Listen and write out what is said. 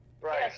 right